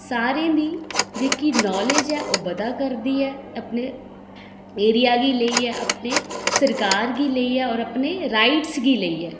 सारें गी जेह्की नालेज ऐ ओह् बधा करदी ऐ अपने एरिया गी लेइयै अपने सरकार गी लेइयै होर अपने राइट्स गी लेइयै